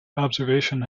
observation